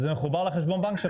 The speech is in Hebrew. זה מחובר לחשבון הבנק שלך.